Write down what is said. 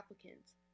applicants